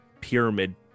pyramid